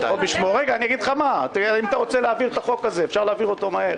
אם רוצים להעביר את החוק הזה אפשר להעביר אותו מהר.